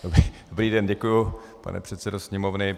Dobrý den, děkuji, pane předsedo Sněmovny.